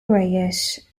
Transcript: reyes